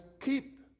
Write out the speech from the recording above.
keep